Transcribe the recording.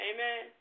Amen